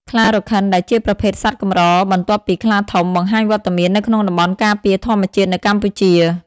ខ្លារខិនដែលជាប្រភេទសត្វកម្របន្ទាប់ពីខ្លាធំ បង្ហាញវត្តមាននៅក្នុងតំបន់ការពារធម្មជាតិនៅកម្ពុជា។